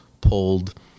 pulled